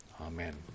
amen